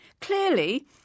Clearly